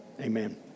Amen